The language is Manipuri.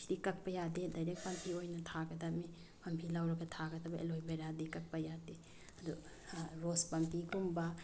ꯁꯤꯗꯤ ꯀꯛꯄ ꯌꯥꯗꯦ ꯗꯥꯏꯔꯦꯛ ꯄꯥꯝꯕꯤ ꯑꯣꯏꯅ ꯊꯥꯒꯗꯕꯅꯤ ꯄꯥꯝꯕꯤ ꯂꯧꯔꯒ ꯊꯥꯒꯗꯕ ꯑꯦꯂꯣ ꯕꯦꯔꯥꯗꯤ ꯀꯛꯄ ꯌꯥꯗꯦ ꯑꯗꯨ ꯔꯣꯖ ꯄꯥꯝꯕꯤꯒꯨꯝ